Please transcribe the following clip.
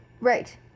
right